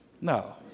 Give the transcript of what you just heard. No